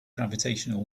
gravitational